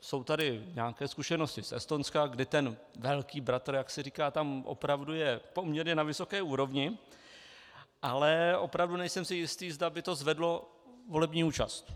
Jsou tady nějaké zkušenosti z Estonska, kdy ten Velký bratr tam opravdu je poměrně na vysoké úrovni, ale opravdu nejsem si jistý, zda by to zvedlo volební účast.